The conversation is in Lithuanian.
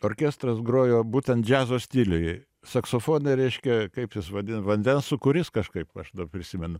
orkestras grojo būtent džiazo stiliuj saksofonai reiškia kaip juos vadin vandens sūkurys kažkaip aš dab prisimenu